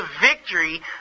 victory